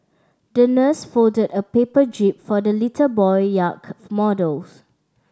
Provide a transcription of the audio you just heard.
the nurse folded a paper jib for the little boy yacht models